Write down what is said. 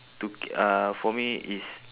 to k~ uh for me is